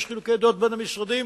יש חילוקי דעות בין המשרדים,